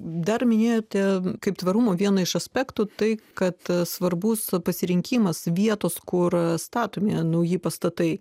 dar minėjote kaip tvarumo vieną iš aspektų tai kad svarbus pasirinkimas vietos kur statomi nauji pastatai